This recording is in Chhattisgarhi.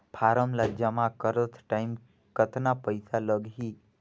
फारम ला जमा करत टाइम कतना पइसा लगही?